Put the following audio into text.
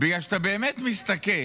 בגלל שאתה באמת מסתכל